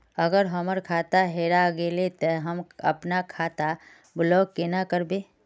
अगर हमर खाता हेरा गेले ते हम अपन खाता ब्लॉक केना करबे?